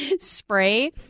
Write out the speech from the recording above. spray